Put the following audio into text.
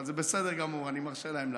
אבל זה בסדר גמור, אני מרשה להן להפריע.